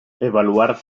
evaluar